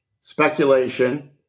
speculation